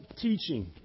teaching